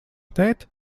tēt